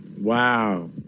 Wow